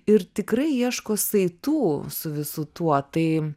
ir tikrai ieško saitų su visu tuo tai